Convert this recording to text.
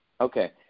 Okay